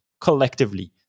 collectively